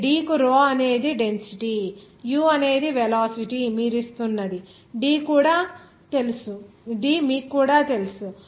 ఈ D కు rho అనేది డెన్సిటీu అనేది వెలాసిటీ మీరు ఇస్తున్నది d మీకు కూడా తెలుసు